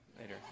later